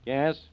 Yes